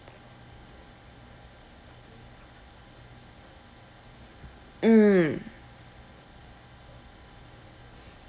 mm